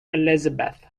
elizabeth